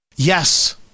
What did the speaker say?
yes